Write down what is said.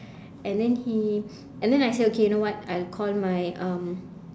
and then he and then I said okay you know what I'll call my um